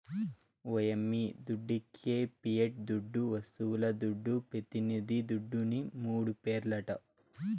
ఓ యమ్మీ దుడ్డికే పియట్ దుడ్డు, వస్తువుల దుడ్డు, పెతినిది దుడ్డుని మూడు పేర్లట